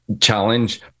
challenge